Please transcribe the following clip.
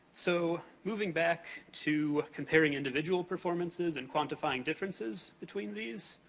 so, moving back to comparing individual performances and quantifying differences between these,